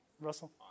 Russell